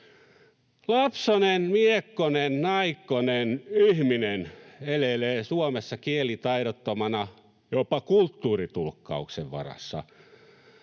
Lapsonen, miekkonen, naikkonen, ihminen, elelee Suomessa kielitaidottomana, jopa kulttuuritulkkauksen varassa.